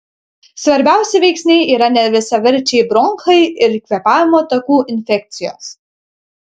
svarbiausi veiksniai yra nevisaverčiai bronchai ir kvėpavimo takų infekcijos